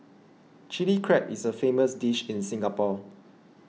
Chilli Crab is a famous dish in Singapore